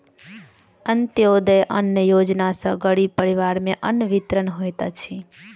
अन्त्योदय अन्न योजना सॅ गरीब परिवार में अन्न वितरण होइत अछि